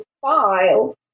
file